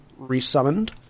resummoned